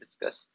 discuss